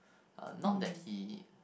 uh not that he